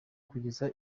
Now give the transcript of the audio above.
kugeza